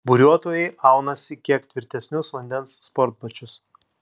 buriuotojai aunasi kiek tvirtesnius vandens sportbačius